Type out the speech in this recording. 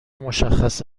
مشخص